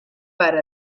per